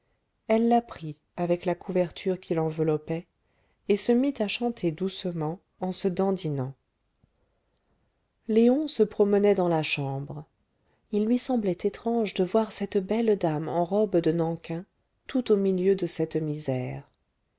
elle la prit avec la couverture qui l'enveloppait et se mit à chanter doucement en se dandinant léon se promenait dans la chambre il lui semblait étrange de voir cette belle dame en robe de nankin tout au milieu de cette misère